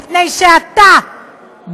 מפני שאתה,